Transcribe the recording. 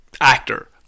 actor